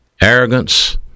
arrogance